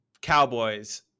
Cowboys